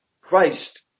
Christ